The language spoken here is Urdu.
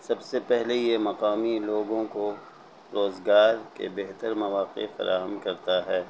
سب سے پہلے یہ مقامی لوگوں کو روزگار کے بہتر مواقع فراہم کرتا ہے